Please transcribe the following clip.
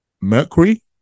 Mercury